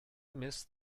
missed